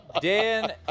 Dan